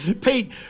Pete